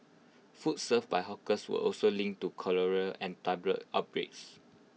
food served by hawkers were also linked to cholera and typhoid outbreaks